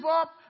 up